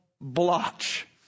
Blotch